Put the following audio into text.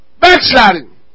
Backsliding